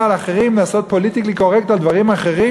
לאחרים לעשות פוליטיקלי קורקט על דברים אחרים?